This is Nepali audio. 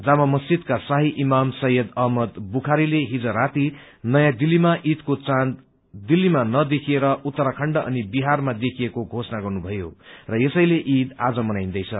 जामा मस्जिदका शाही इमाम सैवयद अहमद बुखारीले हिज राती नयाँ दिल्लीमा इदको चाँद दिल्लीमा नदेखिएर उत्तराखण्ड अनि बिहारमा देखिएको घोषणा गर्नुभयो र यसैले इद आज मनाइन्दैछ